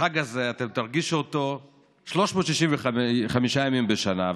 שהחג הזה, אתן תרגישו אותו 365 ימים בשנה.